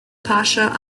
pasha